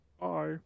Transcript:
Bye